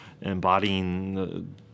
embodying